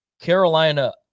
Carolina